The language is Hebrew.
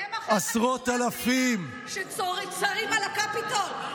הם אחיך גיבורי התהילה, שצרים על הקפיטול?